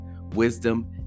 wisdom